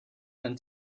than